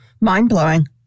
mind-blowing